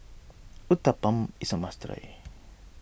Uthapam is a must try